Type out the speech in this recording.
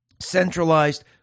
centralized